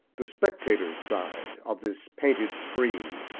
the spectators' side, of this painted screen,